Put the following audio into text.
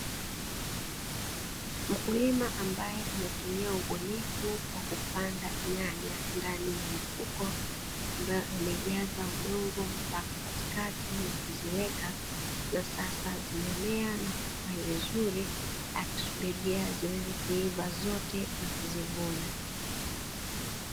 Mkulima ambaye ametumia ubunifu wa kupanda nyanya ndani ya mifuko, ambayo ameijaza udongo mpaka katikati na kuziweka, na sasa zimemea na kustawi vizuri akisubiria ziweze kuiva zote na kuzivuna.